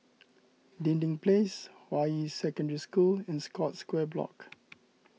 Dinding Place Hua Yi Secondary School and Scotts Square Block